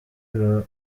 iba